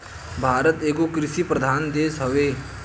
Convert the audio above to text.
भारत एगो कृषि प्रधान देश हवे